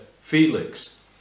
Felix